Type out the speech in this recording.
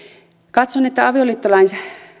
katson että avioliittolain